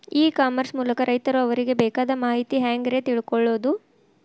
E commerce ಮೂಲಕ ರೈತರು ಅವರಿಗೆ ಬೇಕಾದ ಮಾಹಿತಿ ಹ್ಯಾಂಗ ರೇ ತಿಳ್ಕೊಳೋದು?